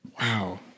Wow